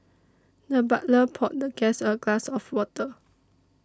the butler poured the guest a glass of water